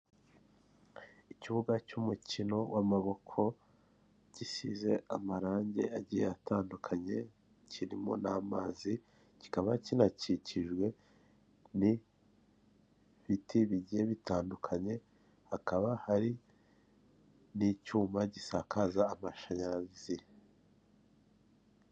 Ikibuga cy'umukino w'amaboko gisize amarangi agiye atandukanye kirimo n'amazi; kikaba kinakikijwe n'ibiti bigiye bitandukanye; hakaba hari n'icyuma gisakaza amashanyarazi.